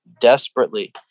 desperately